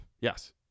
yes